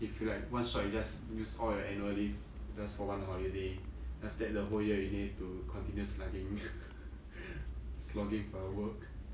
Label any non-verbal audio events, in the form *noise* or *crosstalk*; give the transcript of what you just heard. if you like one shot you just use all your annual leave just for one holiday then after that the whole year you need to continue slugging *laughs* slogging for your work